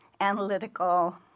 analytical